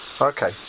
Okay